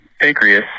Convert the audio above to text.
pancreas